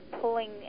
pulling